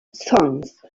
sons